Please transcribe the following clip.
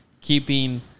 keeping